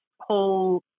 whole